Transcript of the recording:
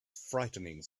frightening